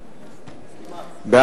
תקציב הקולנוע), התשס"ט 2009, נתקבלה.